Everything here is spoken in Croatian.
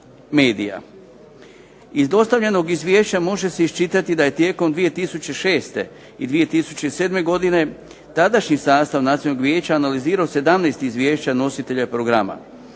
Iz dostavljenog izvješća može se iščitati da je tijekom 2006. i 2007. godine tadašnji sastav Nacionalnog vijeća analizirao 17 izvješća nositelja programa.